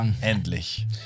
Endlich